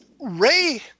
Ray